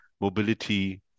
mobility